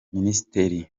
ministre